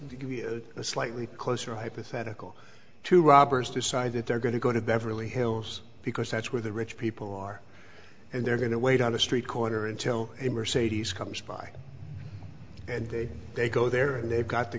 in a slightly closer hypothetical to robbers decide that they're going to go to beverly hills because that's where the rich people are and they're going to wait on a street corner until a mercedes comes by and they go there and they've got the